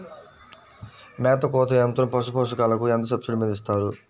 మేత కోత యంత్రం పశుపోషకాలకు ఎంత సబ్సిడీ మీద ఇస్తారు?